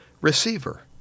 receiver